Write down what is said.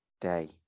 day